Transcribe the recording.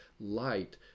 light